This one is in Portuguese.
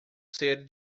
ser